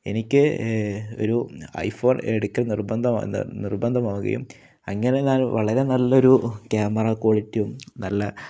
എനിക്ക് ഒരു iPhone നിർബന്ധമാവുകയും അങ്ങനെ ഞാന് വളരെ നല്ലൊരു ക്യാമറ ക്വാളിറ്റിയും നല്ല